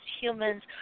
humans